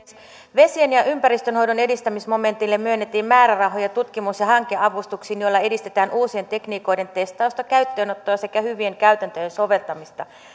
vesien ja ympäristönhoidon edistämisen momentille myönnettiin määrärahoja tutkimus ja hankeavustuksiin joilla edistetään uusien tekniikoiden testausta käyttöönottoa sekä hyvien käytäntöjen soveltamista